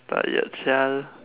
not yet [sial]